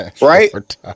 right